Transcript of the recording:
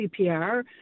CPR